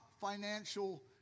financial